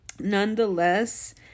nonetheless